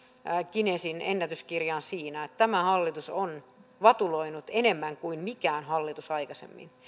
guinnessin ennätyskirjaan siinä että tämä hallitus on vatuloinut enemmän kuin mikään hallitus aikaisemmin